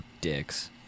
dicks